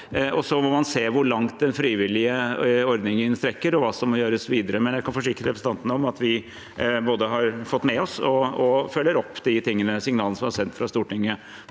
og så må man se hvor langt den frivillige ordningen strekker seg, og hva som må gjøres videre. Jeg kan forsikre representanten om at vi både har fått med oss og følger opp de tingene og signalene som er sendt fra Stortinget